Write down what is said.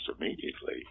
immediately